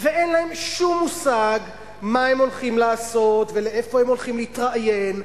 ואין להם שום מושג מה הם הולכים לעשות ואיפה הם הולכים להתראיין.